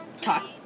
Talk